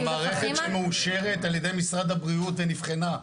המערכת שמאושרת על ידי משרד הבריאות ונבחנה.